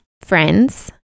Friends